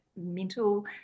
mental